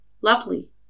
Lovely